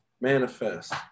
Manifest